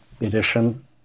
edition